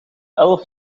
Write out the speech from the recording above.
elf